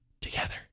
together